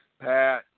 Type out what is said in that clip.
Pat